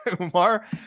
Umar